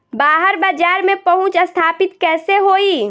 बाहर बाजार में पहुंच स्थापित कैसे होई?